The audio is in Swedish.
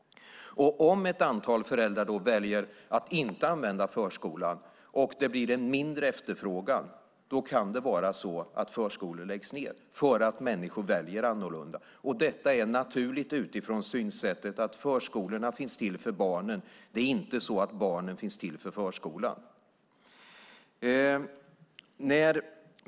Om ett antal föräldrar då väljer att inte använda förskolan och det blir en mindre efterfrågan kan det vara så att förskolor läggs ned för att människor väljer annorlunda. Detta är naturligt utifrån synsättet att förskolorna finns till för barnen. Det är inte så att barnen finns till för förskolan.